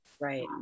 Right